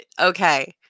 Okay